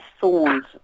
thorns